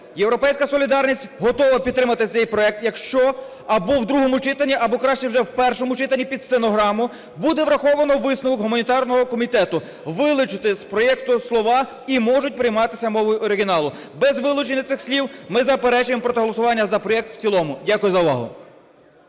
"Європейська солідарність" готова підтримати цей проект, якщо або в другому читанні, або краще вже в першому читанні під стенограму буде враховано висновок гуманітарного комітету – вилучити з проекту слова "і можуть прийматися мовою оригіналу". Без вилучення цих слів ми заперечуємо проти голосування за проект в цілому. Дякую за увагу.